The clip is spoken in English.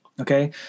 okay